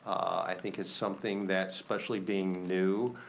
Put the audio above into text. i think it's something that, especially being new,